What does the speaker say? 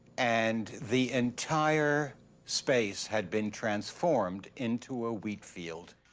and the entire space had been transformed into a wheat field.